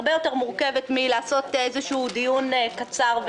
הרבה יותר מורכבת מלעשות איזשהו דיון קצר,